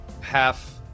half